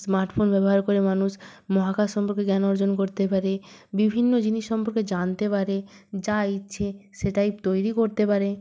smartphone ব্যবহার করে মানুষ মহাকাশ সম্পর্কে জ্ঞান অর্জন করতে পারে বিভিন্ন জিনিস সম্পর্কে জানতে পারে যা ইচ্ছে সেটাই তৈরি করতে পারে